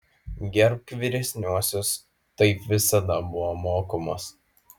gerbk vyresniuosius taip visada buvo mokomas